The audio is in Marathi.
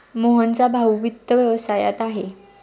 मोहनचा भाऊ वित्त व्यवसायात आहे